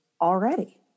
already